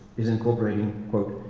is incorporating, quote,